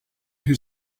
who